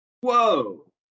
Whoa